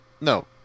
No